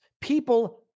people